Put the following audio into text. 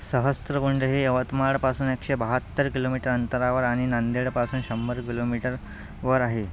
सहस्रकुंड हे यवतमाळपासून एकशे बहात्तर किलोमीटर अंतरावर आणि नांदेडपासून शंभर किलोमीटर वर आहे